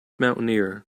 mountaineer